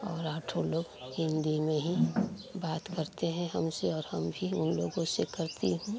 और आठों लोग हिन्दी में ही बात करते हैं हमसे और हम भी उन लोगों से करती हूँ